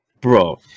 Bro